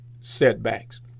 setbacks